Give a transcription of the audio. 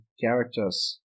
characters